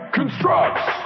Constructs